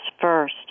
first